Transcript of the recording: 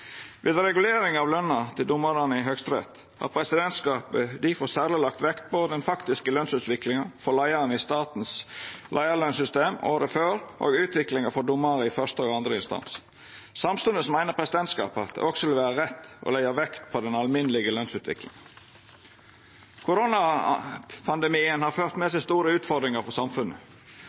Ved regulering av løna til domarane i Høgsterett har presidentskapet difor særleg lagt vekt på den faktiske lønsutviklinga for leiarane i statens leiarlønssystem året før og utviklinga for domarane i første og andre instans. Samstundes meiner presidentskapet at det også vil vera rett å leggja vekt på den alminnelege lønsutviklinga. Koronapandemien har ført med seg store utfordringar for samfunnet.